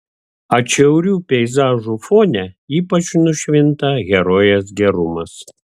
atšiaurių peizažų fone ypač nušvinta herojės gerumas